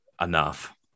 enough